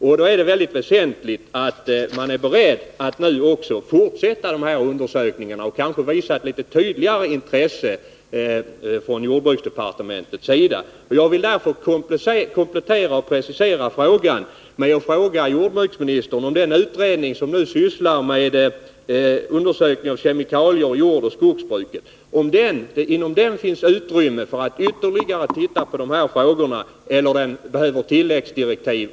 Därför är det väldigt viktigt att man nu är beredd att fortsätta den här granskningen och att jordbruksdepartementet kanske visar litet större intresse för saken. Jag vill också fråga jordbruksministern om det inom den utredning som nu sysslar med undersökningar av kemikalier i jordoch skogsbruket finns utrymme för att ytterligare titta på dessa frågor eller om utredningen behöver tilläggsdirektiv.